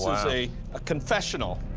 so a ah confessional,